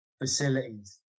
Facilities